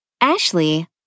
Ashley